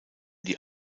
die